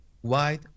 white